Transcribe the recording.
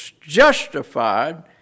justified